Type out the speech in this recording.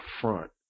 front